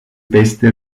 beste